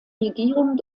regierung